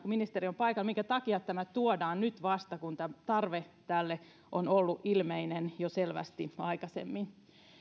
ministeri on paikalla minkä takia tämä tuodaan vasta nyt kun tarve tälle on ollut ilmeinen jo selvästi aikaisemmin